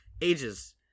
Ages